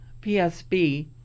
PSB